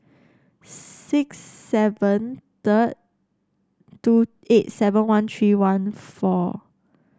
six seven third two eight seven one three one four